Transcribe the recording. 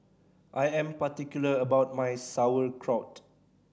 I am particular about my Sauerkraut